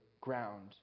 ground